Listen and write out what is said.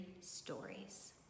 stories